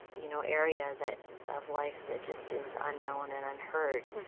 you know, area that of life that just is unknown and unheard.